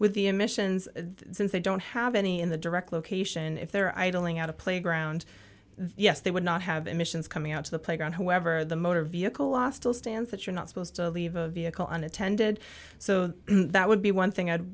with the emissions since they don't have any in the direct location if they're idling out a playground yes they would not have emissions coming out to the playground however the motor vehicle lost a stance that you're not supposed to leave a vehicle on attended so that would be one thing i'd